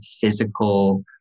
physical